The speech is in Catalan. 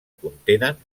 contenen